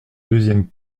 deuxième